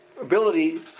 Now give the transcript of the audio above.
ability